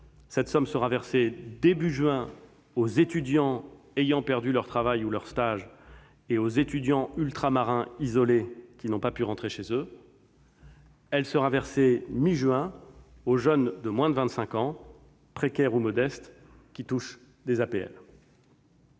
Cette somme sera versée début juin aux étudiants ayant perdu leur travail ou leur stage et aux étudiants ultramarins isolés qui n'ont pas pu rentrer chez eux. Elle sera versée à la mi-juin aux jeunes de moins de 25 ans précaires ou modestes, qui touchent l'APL.